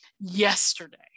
Yesterday